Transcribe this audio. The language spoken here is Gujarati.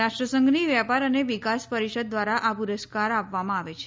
રાષ્ટ્રસંઘની વેપાર અને વિકાસ પરિષદ દ્વારા આ પુરસ્કાર આપવામાં આવે છે